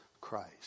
Christ